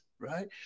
Right